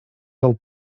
del